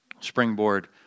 springboard